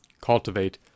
cultivate